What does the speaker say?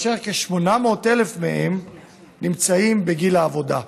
וכ-800,000 מהם נמצאים בגיל העבודה.